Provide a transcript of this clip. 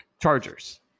Chargers